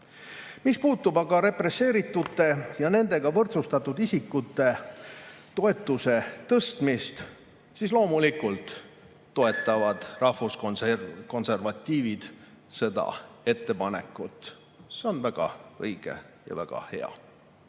Mis puudutab aga represseeritute ja nendega võrdsustatud isikute toetuse tõstmist, siis loomulikult toetavad rahvuskonservatiivid seda ettepanekut. See on väga õige ja väga hea.